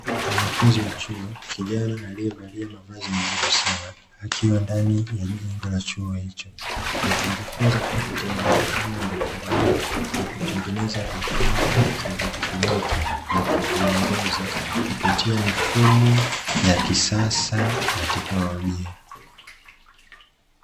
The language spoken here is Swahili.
Wanafunzi wa chuo, kijana aliyevalia mavazi nadhifu sana, akiwa ndani ya jengo la chuo hicho. Akijifunza kwa vitendo namna mbalimbali ya kutengeneza vifaa vya kielektroniki na kuviongoza kupitia mifumo ya kisasa ya teknolojia.